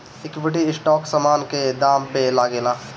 equity stock समान के दाम पअ लागेला